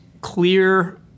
clear